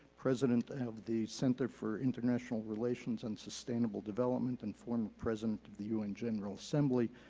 president of the center for international relations and sustainable development and former president of the un general assembly,